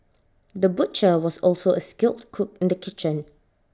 the butcher was also A skilled cook in the kitchen